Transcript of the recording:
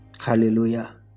hallelujah